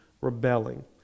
rebelling